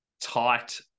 tight